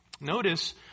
Notice